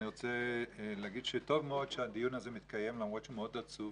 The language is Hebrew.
אני רוצה להגיד שטוב מאוד שהדיון הזה מתקיים למרות שהוא מאוד עצוב